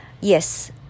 yes